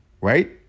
Right